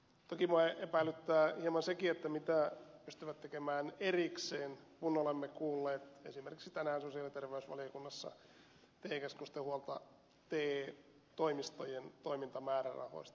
toki minua epäilyttää hieman sekin mitä ne pystyvät tekemään erikseen kun olemme kuulleet esimerkiksi tänään sosiaali ja terveysvaliokunnassa te keskusten huolen te toimistojen toimintamäärärahoista